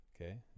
okay